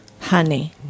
honey